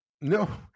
No